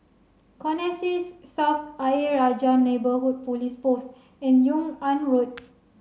Connexis South Ayer Rajah Neighbourhood Police Post and Yung An Road